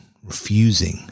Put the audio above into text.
refusing